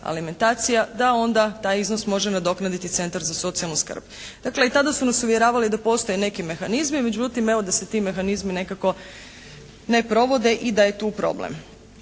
da onda taj iznos može nadoknaditi centar za socijalnu skrb. Dakle i tada su nas uvjeravali da postoje neki mehanizmi, međutim evo, da se ti mehanizmi nekako ne provode i da je tu taj problem.